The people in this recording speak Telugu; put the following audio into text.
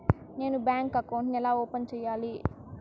నేను బ్యాంకు అకౌంట్ ను ఎలా ఓపెన్ సేయాలి?